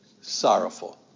Sorrowful